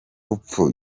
rupfu